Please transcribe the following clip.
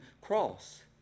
cross